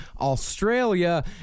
Australia